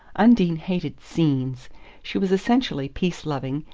undine hated scenes she was essentially peace-loving,